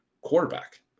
quarterback